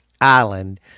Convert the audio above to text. Island